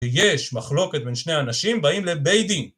ביש מחלוקת בין שני אנשים, באים לבית-דין.